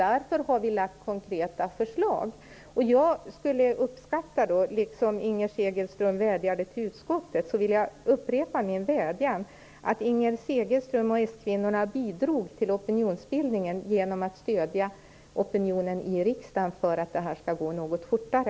Därför har vi lagt fram konkreta förslag. Inger Segelström vädjade till utskottet. Jag vill upprepa min vädjan att Inger Segelström och skvinnorna bidrog till opinionsbildningen genom att stödja opinionen i riksdagen för att detta skall gå något fortare.